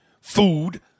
food